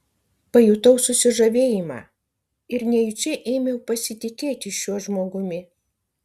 pajutau susižavėjimą ir nejučia ėmiau pasitikėti šiuo žmogumi